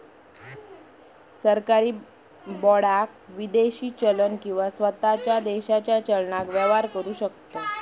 सरकारी बाँडाक विदेशी चलन किंवा स्वताच्या देशाच्या चलनान व्यवहार करु शकतव